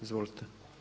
Izvolite.